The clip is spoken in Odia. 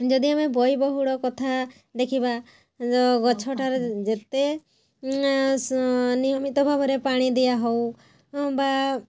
ଯଦି ଆମେ ବ୍ୟୟବହୁଳ କଥା ଦେଖିବା ତ ଗଛଟାରେ ଯେତେ ନା ସେ ନିୟମିତ ଭାବରେ ପାଣି ଦିଆହଉ ବା